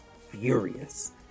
furious